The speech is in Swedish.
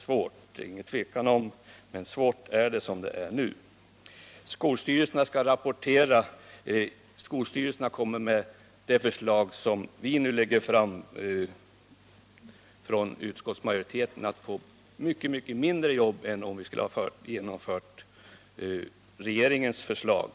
Det är inget tvivel om att det är svårt som det är nu. Skolstyrelserna skall rapportera, och med det förslag som vi från utskottsmajoriteten nu lägger fram kommer skolstyrelserna att få mycket mindre jobb än om vi skulle ha genomfört regeringens förslag.